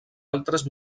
altres